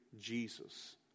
Jesus